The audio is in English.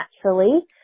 naturally